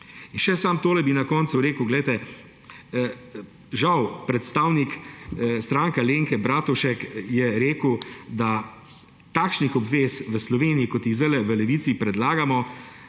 še samo tole bi na koncu rekel. Žal predstavnik Stranke Alenke Bratušek je rekel, da takšnih obvez v Sloveniji, kot jih zdajle v Levici predlagamo